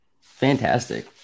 Fantastic